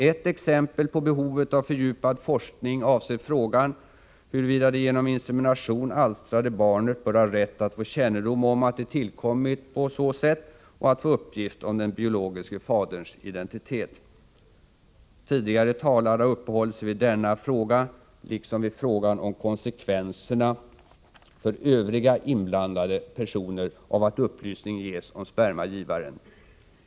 Ett exempel på behovet av fördjupad forskning avser frågan huruvida det genom insemination alstrade barnet bör ha rätt att få kännedom om att det tillkommit på så sätt och att få uppgift om den biologiske faderns identitet. Tidigare talare har uppehållit sig vid denna fråga liksom vid frågan om konsekvenserna för övriga inblandade personer av att upplysning ges om spermagivaren.